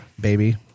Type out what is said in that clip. baby